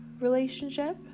relationship